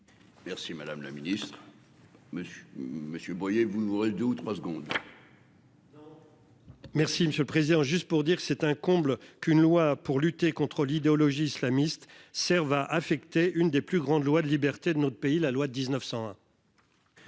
Merci, madame la Ministre. Monsieur, Monsieur Boyer, vous ne vous reste deux ou trois secondes. Merci, monsieur le Président, juste pour dire que c'est un comble, qu'une loi pour lutter contre l'idéologie islamiste serve à affecter une des plus grandes lois de liberté de notre pays. La loi 1901.